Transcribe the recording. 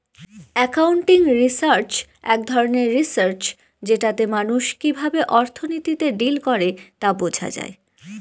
accounting research এক ধরনের research যেটাতে মানুষ কিভাবে অর্থনীতিতে ডিল করে তা বোঝা যায়